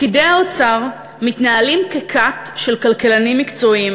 פקידי האוצר מתנהלים ככת של כלכלנים מקצועיים,